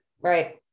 Right